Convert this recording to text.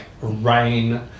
rain